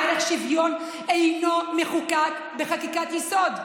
הערך שוויון אינו מחוקק בחקיקת יסוד.